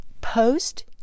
post